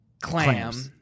clam